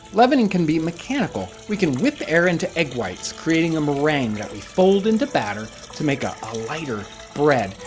leavening can be mechanical. we can whip air into egg whites, creating a meringue that we fold into batter to make ah a lighter bread.